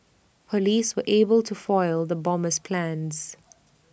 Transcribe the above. Police were able to foil the bomber's plans